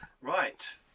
right